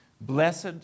Blessed